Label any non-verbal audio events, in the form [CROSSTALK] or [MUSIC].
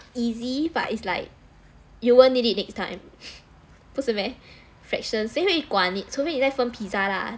easy but it's like you won't need it next time [BREATH] 不是 meh fractions 谁会管你除非你在分 pizza lah